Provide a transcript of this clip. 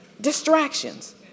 Distractions